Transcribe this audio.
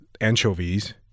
anchovies-